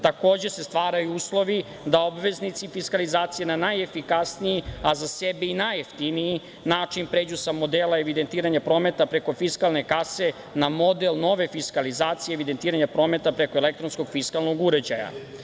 Takođe, stvaraju se uslovi da obveznici fiskalizacije na najefikasniji, a za sebe i najjeftiniji način pređu sa modela evidentiranja prometa preko fiskalne kase na model nove fiskalizacije evidentiranja prometa preko elektronskog fiskalnog uređaja.